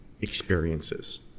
experiences